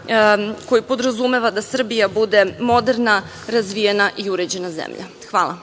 koji podrazumeva da Srbija bude moderna, razvijena i uređena zemlja. Hvala.